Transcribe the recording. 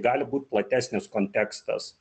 gali būt platesnis kontekstas